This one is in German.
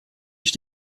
ich